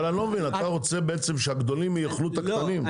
אני לא מבין אתה רוצה בעצם שהגדולים יאכלו את הקטנים?